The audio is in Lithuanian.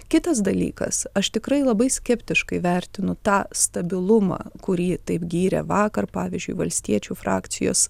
kitas dalykas aš tikrai labai skeptiškai vertinu tą stabilumą kurį taip gyrė vakar pavyzdžiui valstiečių frakcijos